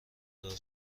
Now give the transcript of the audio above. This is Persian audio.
دار